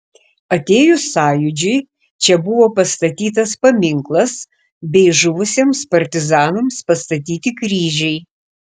atėjus sąjūdžiui čia buvo pastatytas paminklas bei žuvusiems partizanams pastatyti kryžiai